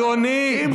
אדוני,